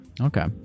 Okay